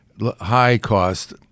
high-cost